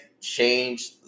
change